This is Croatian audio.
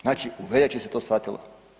Znači u veljači se to shvatilo.